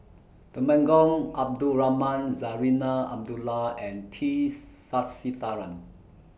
Temenggong Abdul Rahman Zarinah Abdullah and T Sasitharan